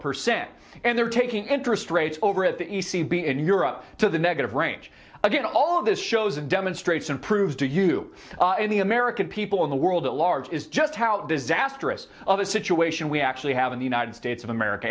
percent and they're taking interest rates over at the e c b in europe to the negative range again all this shows demonstrates and proves to you in the american people in the world at large is just how disastrous of a situation we actually have in the united states of america